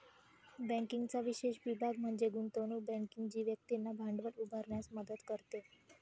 बँकिंगचा विशेष विभाग म्हणजे गुंतवणूक बँकिंग जी व्यक्तींना भांडवल उभारण्यास मदत करते